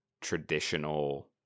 traditional